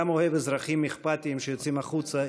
גם אני אוהב אזרחים אכפתיים שיוצאים החוצה.